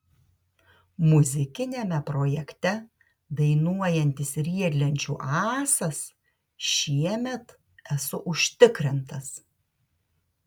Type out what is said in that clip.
muzikiniame projekte dainuojantis riedlenčių ąsas šiemet esu užtikrintas